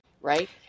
right